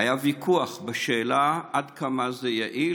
היה ויכוח בשאלה עד כמה זה יעיל.